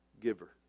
giver